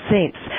Saints